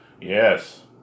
Yes